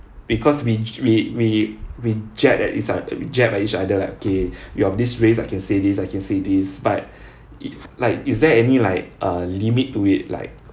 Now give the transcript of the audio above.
because we j~ we we we jab at each other jab at each other like okay you of this race I can say this I can say this but it like is there any like uh limit to it like